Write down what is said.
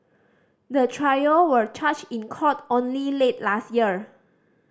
the trio were charged in court only late last year